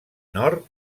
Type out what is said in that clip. nord